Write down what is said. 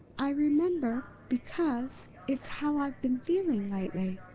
i remember, because it's how i've been feeling lately.